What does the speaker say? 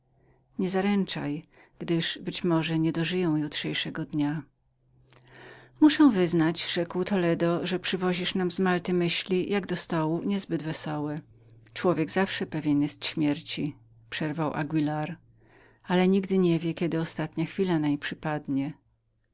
nie tak bardzo zaręczaj gdyż może być że nie dożyję jutrzejszego dnia muszę wyznać rzekł toledo że przywozisz nam z malty nie zbyt pocieszające myśli jak do stołu człowiek zawsze pewnym jest śmierci przerwał anguilar ale nigdy nie wie kiedy ostatnia chwila nań